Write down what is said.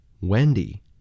Wendy